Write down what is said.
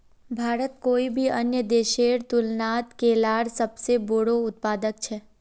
भारत कोई भी अन्य देशेर तुलनात केलार सबसे बोड़ो उत्पादक छे